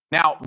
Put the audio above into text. Now